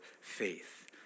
faith